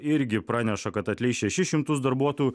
irgi praneša kad atleis šešis šimtus darbuotojų